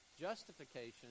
justification